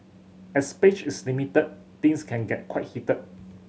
as space is limited things can get quite heated